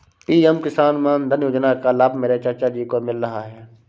PM Kisan Maandhan Yojana का लाभ मेरे चाचा जी को मिल रहा है